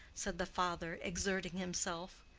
said the father, exerting himself.